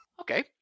okay